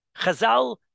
Chazal